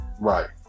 Right